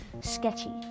sketchy